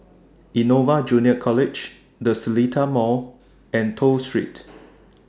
Innova Junior College The Seletar Mall and Toh Street